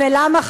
ולמה,